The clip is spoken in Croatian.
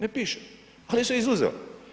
Ne piše, ali se izuzela.